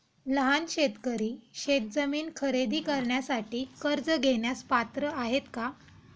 लहान शेतकरी शेतजमीन खरेदी करण्यासाठी कर्ज घेण्यास पात्र आहेत का?